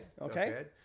Okay